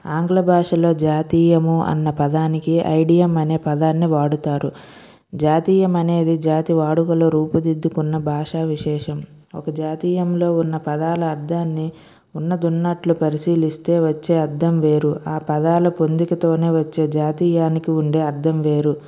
ఆంగ్ల భాషలో జాతీయము అన్న పదానికి ఐడియం అనే పదాన్ని వాడుతారు జాతీయం అనేది జాతి వాడుకలో రూపుదిద్దుకున్న భాషా విశేషం ఒక జాతీయంలో ఉన్న పదాల అర్ధాన్ని ఉన్నదున్నట్లు పరిశీలిస్తే వచ్చే అర్ధం వేరు ఆ పదాల పొందికతోనే వచ్చే జాతీయానికి ఉండే అర్థం వేరు